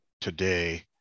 today